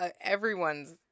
everyone's